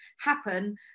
happen